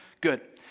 Good